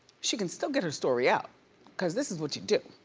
she can still get her story out cause this is what you do.